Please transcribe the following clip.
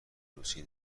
روسی